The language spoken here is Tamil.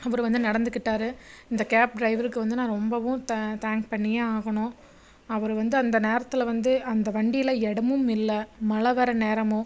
அவுரு வந்து நடந்துக்கிட்டாரு இந்த கேப் டிரைவருக்கு வந்து நான் ரொம்பவும் தே தேங்க் பண்ணியே ஆகணும் அவரு வந்து அந்த நேரத்தில் வந்து அந்த வண்டியில் இடமும் இல்லை மழை வர நேரமும்